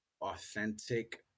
authentic